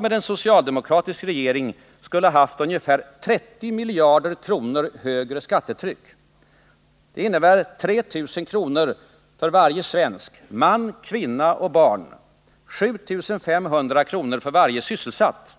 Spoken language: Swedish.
med en socialdemokratisk regering ha haft ett ungefär 30 miljarder kronor högre skattetryck. Det betyder 3 000 kr. för varje svensk, man, kvinna och barn eller 7 500 kr. för varje sysselsatt.